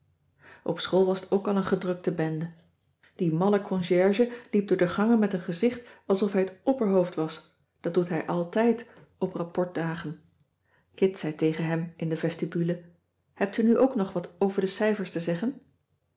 op school was t ook al een gedrukte bende die malle concierge liep door de gangen met een gezicht alsof hij het opperhoofd was dat doet hij altijd op cissy van marxveldt de h b s tijd van joop ter heul rapportdagen kit zei tegen hem in de vestibule hebt u nu ook nog wat over de cijfers te zeggen